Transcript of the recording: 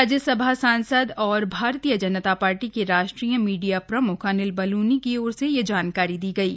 राज्यसभा सांसद और भारतीय जनता पार्टी के राष्ट्रीय मीडिया प्रम्ख अनिल बलूनी की ओर से यह जानकारी दी गयी